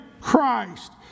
Christ